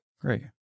Great